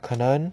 可能